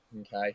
okay